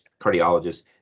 Cardiologist